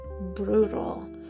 brutal